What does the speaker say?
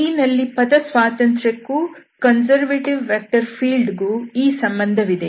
D ನಲ್ಲಿ ಪಥ ಸ್ವಾತಂತ್ರ್ಯ ಕ್ಕೂ ಕನ್ಸರ್ವೇಟಿವ್ ವೆಕ್ಟರ್ ಫೀಲ್ಡ್ ಗೂ ಈ ಸಂಬಂಧವಿದೆ